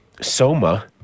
Soma